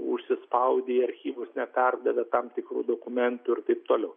užsispaudę į archyvus neperdavę tam tikrų dokumentų ir taip toliau